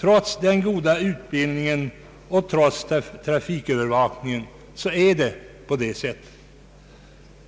Trots den goda utbildningen och trots irafikövervakningen är det på det sättet.